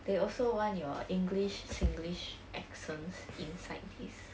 they also want your english singlish accents inside this